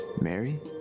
Mary